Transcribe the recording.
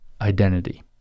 identity